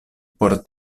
por